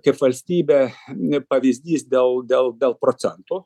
kaip valstybė ne pavyzdys dėl dėl dėl procentų